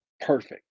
perfect